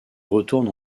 retourne